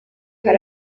hari